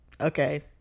okay